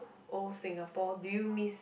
old Singapore do you miss